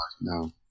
No